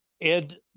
Ed